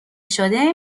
شده